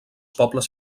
pobles